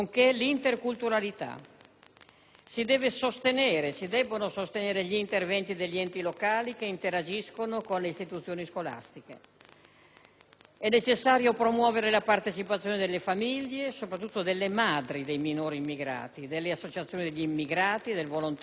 Si debbono sostenere gli interventi degli enti locali che interagiscono con le istituzioni scolastiche. È necessario promuovere la partecipazione delle famiglie, soprattutto delle madri dei minori immigrati, delle associazioni degli immigrati, del volontariato, dell'associazionismo